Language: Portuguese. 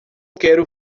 quero